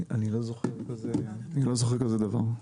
אני לא זוכר כזה דבר.